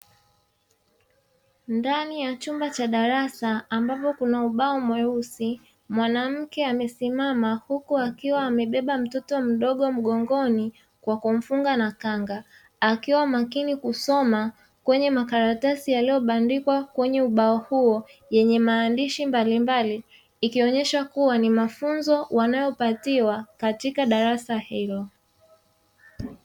Ndani ya chumba cha darasa, ambapo kuna ubao mweusi. Mwanamke amesimama huku akiwa amebeba mtoto mdogo mgongoni wa kufunga na khanga, akiwa makini kusoma kwenye makaratasi yalioyo bandikwa kwenye ubao huo. Yenye maandishi mbalimbali ikionyesha kuwa mafunzo wanaopatiwa katika darasa hilo.